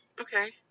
Okay